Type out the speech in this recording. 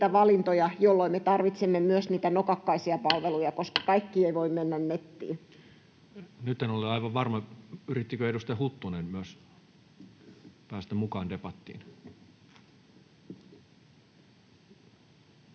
jolloin me tarvitsemme myös niitä nokakkaisia palveluja, koska kaikki eivät voi mennä nettiin. Nyt en ole aivan varma: yrittikö edustaja Huttunen myös päästä mukaan debattiin,